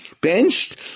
benched